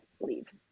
leave